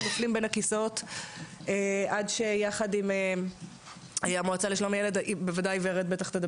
נופלים בין הכיסאות עד שיחד עם המועצה לשלום הילד ויחד